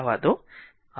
તેથી હવે તે r i 1 i છે